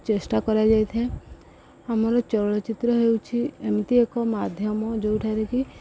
ଚେଷ୍ଟା କରାଯାଇଥାଏ ଆମର ଚଳଚ୍ଚିତ୍ର ହେଉଛି ଏମିତି ଏକ ମାଧ୍ୟମ ଯୋଉଠାରେ କି